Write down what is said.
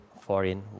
foreign